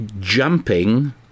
jumping